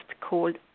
called